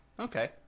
Okay